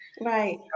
Right